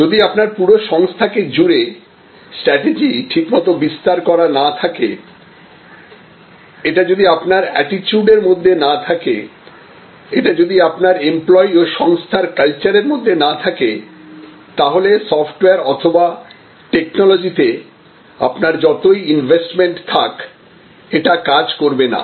যদি আপনার পুরো সংস্থাকে জুড়ে স্ট্র্যাটেজি ঠিকমতো বিস্তার করা না থাকেএটা যদি আপনার অ্যাটিটিউড এর মধ্যে না থাকে এটা যদি আপনার এমপ্লয়ী ও সংস্থার কালচার এর মধ্যে না থাকে তাহলে সফটওয়ার অথবা টেকনোলজিতে আপনার যতই ইনভেস্টমেন্ট থাক এটা কাজ করবে না